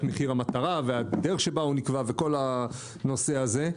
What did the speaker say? מחיר המטרה והדרך שבה הוא נקבע וכל הנושא הזה.